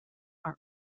are